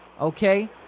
okay